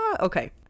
okay